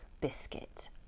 biscuit